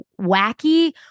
wacky